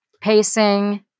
pacing